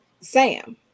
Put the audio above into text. Sam